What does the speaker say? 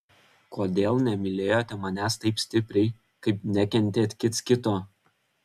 kodėl nemylėjote manęs taip stipriai kaip nekentėt kits kito